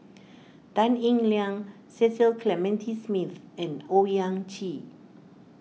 Tan Eng Liang Cecil Clementi Smith and Owyang Chi